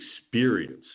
experience